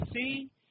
see –